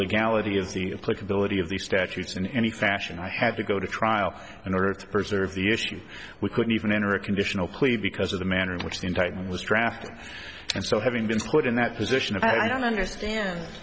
legality of the flexibility of the statutes in any fashion i had to go to trial in order to preserve the issue we couldn't even enter a conditional plea because of the manner in which the indictment was drafted and so having been put in that position i don't understand